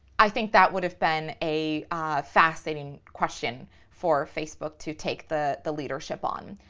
i think that would have been a fascinating question for facebook to take the the leadership on.